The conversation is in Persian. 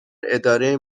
اداره